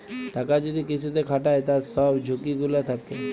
টাকা যদি কিসুতে খাটায় তার সব ঝুকি গুলা থাক্যে